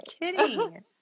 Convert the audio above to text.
kidding